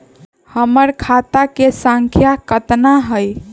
हमर खाता के सांख्या कतना हई?